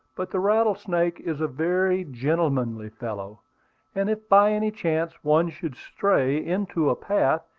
but the rattlesnake is a very gentlemanly fellow and if by any chance one should stray into a path,